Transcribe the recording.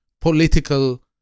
political